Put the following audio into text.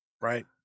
right